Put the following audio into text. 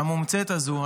המומצאת הזו,